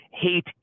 hate